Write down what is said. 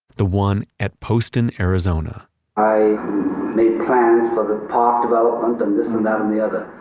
the one at poston, arizona i made plans for the park development and this and that and the other,